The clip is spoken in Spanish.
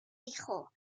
dijo